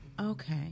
Okay